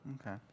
Okay